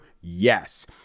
Yes